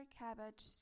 cabbage